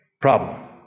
Problem